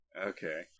Okay